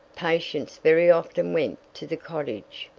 patience very often went to the cottage,